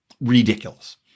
Ridiculous